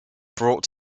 brought